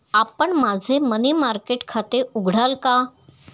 आपण माझे money market खाते उघडाल का?